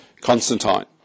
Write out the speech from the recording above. Constantine